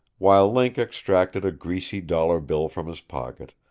while link extracted a greasy dollar bill from his pocket,